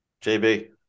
JB